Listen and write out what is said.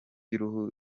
y’uruhu